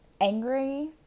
angry